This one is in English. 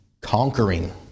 conquering